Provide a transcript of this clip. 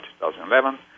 2011